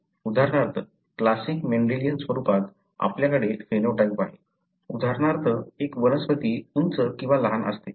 उदाहरणार्थ classic Mendelian स्वरूपात आपल्याकडे फेनोटाइप आहे उदाहरणार्थ एक वनस्पती उंच किंवा लहान असते